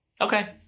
Okay